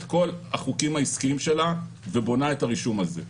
המערכת מפעילה את כל החוקים העסקיים שלה ובונה את הרישום הזה.